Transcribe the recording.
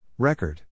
Record